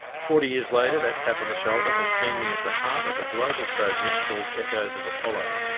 forty years later that tap on the shoulder has seen me at the heart of a global project called echoes of apollo.